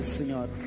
Senhor